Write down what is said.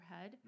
head